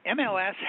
MLS